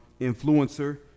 Influencer